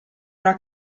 una